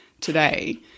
today